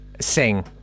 sing